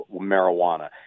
marijuana